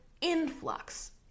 influx